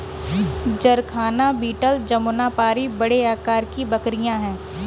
जरखाना बीटल जमुनापारी बड़े आकार की बकरियाँ हैं